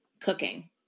cooking